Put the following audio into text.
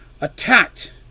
attacked